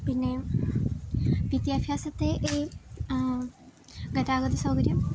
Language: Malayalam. പിന്നെ വിദ്യാഭ്യാസത്തെ ഗതാഗതസൗകര്യം